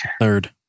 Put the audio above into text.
Third